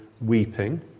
weeping